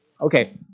Okay